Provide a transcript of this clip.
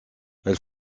elle